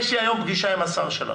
יש לי היום פגישה עם השר שלכם.